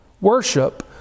worship